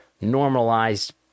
normalized